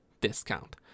discount